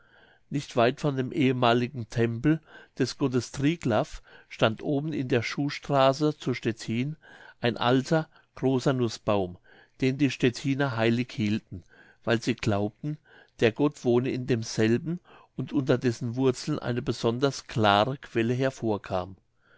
nicht weit von dem ehemaligen tempel des gottes triglaff stand oben in der schuhstraße zu stettin ein alter großer nußbaum den die stettiner heilig hielten weil sie glaubten der gott wohne in demselben und unter dessen wurzeln eine besonders klare quelle hervorkam